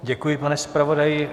Děkuji, pane zpravodaji.